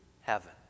heaven